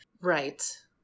right